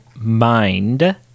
mind